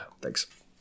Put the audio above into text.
Thanks